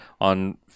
on